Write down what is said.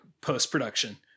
post-production